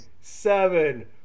seven